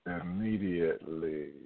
immediately